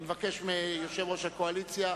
אני מבקש מיושב-ראש הקואליציה,